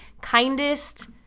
kindest